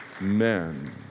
Amen